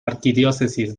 arquidiócesis